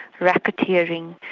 racketeering,